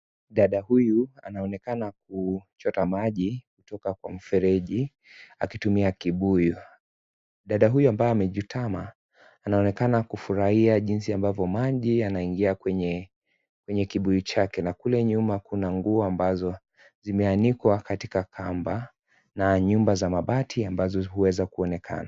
Dada huyu anaonekana kuchota maji kutoka kwa mfereji akitumia kibuyu. Dada huyu ambaye amechutama anaonekana kufurahia jinsi ambavyo maji yanaingia kwenye kibuyu chake na kule nyuma kuna nguo ambazo zimeanikwa katika kamba na nyumba za mabati ambazo huweza kuonekana.